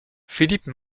philippe